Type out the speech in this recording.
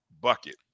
bucket